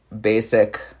basic